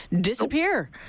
disappear